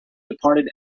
departed